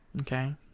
Okay